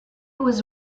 was